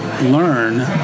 learn